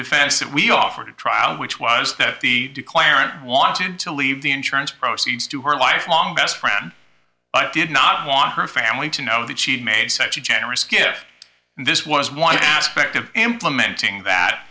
defense that we offered trial which was that the declarant wanted to leave the insurance proceeds to her lifelong best friend did not want her family to know that she made such a generous gift and this was one aspect of implementing that